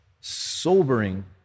sobering